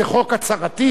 זה חוק הצהרתי,